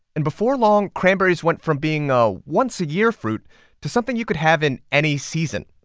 and before long, cranberries went from being a once-a-year fruit to something you could have in any season.